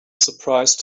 surprise